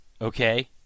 Okay